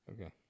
Okay